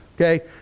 okay